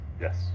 yes